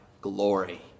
glory